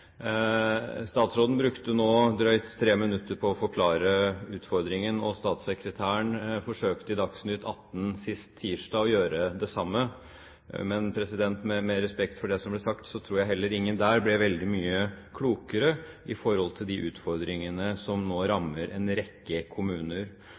Statsråden brukte nå drøyt tre minutter på å forklare utfordringen, og statssekretæren forsøkte i Dagsnytt 18 sist tirsdag å gjøre det samme. Men med respekt for det som ble sagt, tror jeg heller ingen der ble veldig mye klokere når det gjelder de utfordringene som nå